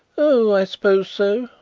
oh, i suppose so,